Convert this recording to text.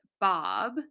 bob